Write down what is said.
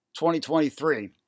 2023